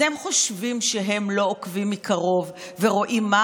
אתם חושבים שהם לא עוקבים מקרוב ורואים מה